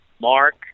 mark